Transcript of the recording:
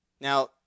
Now